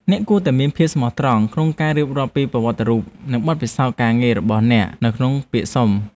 អ្នកគួរតែមានភាពស្មោះត្រង់ក្នុងការរៀបរាប់ពីប្រវត្តិរូបនិងបទពិសោធន៍ការងាររបស់អ្នកនៅក្នុងពាក្យសុំ។